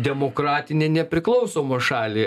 demokratinę nepriklausomą šalį